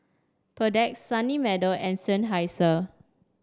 Perdix Sunny Meadow and Seinheiser